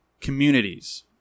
communities